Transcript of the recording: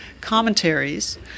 commentaries